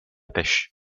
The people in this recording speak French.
pêche